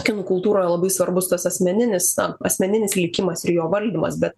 kinų kultūroje labai svarbus tas asmeninis na asmeninis likimas ir jo valdymas bet